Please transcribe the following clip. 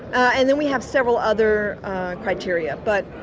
and then we have several other criteria, but